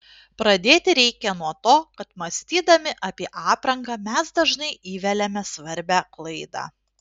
pradėti reikia nuo to kad mąstydami apie aprangą mes dažnai įveliame svarbią klaidą